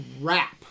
rap